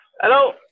hello